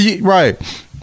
right